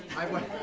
i wanted